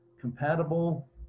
compatible